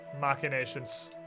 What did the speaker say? machinations